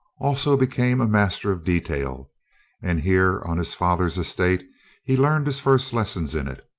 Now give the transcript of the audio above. also became a master of detail and here on his father's estate he learned his first lessons in it.